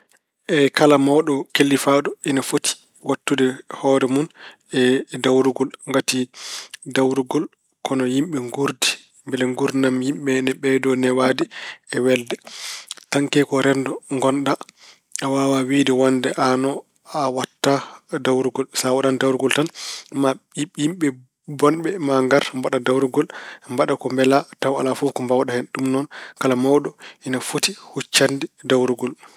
Eey kala mawɗo kellifaaɗo ina foti wattude hoore mun e dawrugol. Ngati dawrugol ko no yimɓe nguurdi, mbele nguurdam yimɓe ina ɓeydoo newaade e welde. Tanke ko e renndo ngonɗa, a waawaa wiyde wonde aano a waɗta dawrugol. Sa waɗaani dawrugol tan, maa ɓi- yimɓe bonɓe maa ngar mbaɗa dawrugol, mbaɗa ko mbela tawa alaa fof ko mbaawɗaa hen. Ɗum noon kala mawɗo ina foti huccande dawrugol.